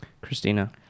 Christina